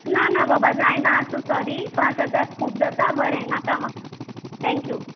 ना ना बाबा जायना आसूं सॉरी पांच हजार खूब जाता बरें नाका म्हाका थेंक यू